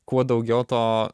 kuo daugiau to